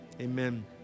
amen